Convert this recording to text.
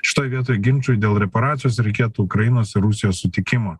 šitoj vietoj ginčui dėl reparacijos reikėtų ukrainos ir rusijos sutikimo